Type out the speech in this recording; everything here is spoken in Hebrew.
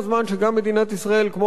כמו מדינות תרבות בעולם,